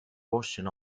portion